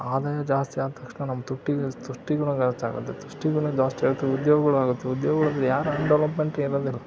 ಆದಾಯ ಜಾಸ್ತಿ ಆದ ತಕ್ಷಣ ನಮ್ಮ ತುಟ್ಟಿ ಉದ್ಯೋಗಗಳಾಗುತ್ತೆ ಉದ್ಯೋಗ